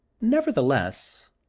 Nevertheless